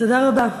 תודה רבה.